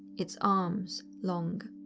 its arms long.